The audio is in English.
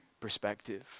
perspective